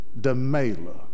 Demela